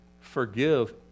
forgive